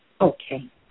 Okay